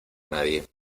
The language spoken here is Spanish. nadie